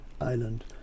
island